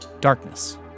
darkness